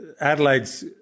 Adelaide's